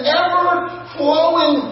ever-flowing